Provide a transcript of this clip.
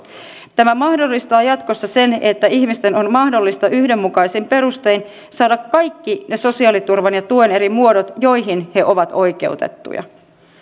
tämä mahdollistaa jatkossa sen että ihmisten on mahdollista yhdenmukaisin perustein saada kaikki ne sosiaaliturvan ja tuen eri muodot joihin he ovat oikeutettuja